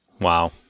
Wow